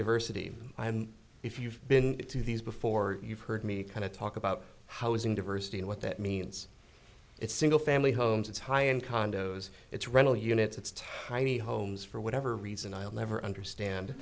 diversity if you've been to these before you've heard me kind of talk about housing diversity and what that means it's single family homes it's high in condos it's rental units it's tiny homes for whatever reason i'll never understand